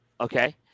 okay